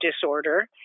disorder